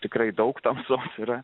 tikrai daug tamsos yra